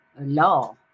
law